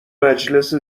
مجلس